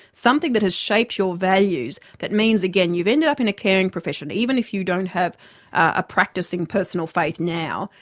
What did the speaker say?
something that has shaped your values that means, again, you've ended up in a caring profession? even if you don't have a practising personal faith now,